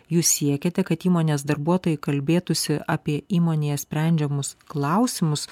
jūs siekiate kad įmonės darbuotojai kalbėtųsi apie įmonėje sprendžiamus klausimus